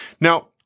Now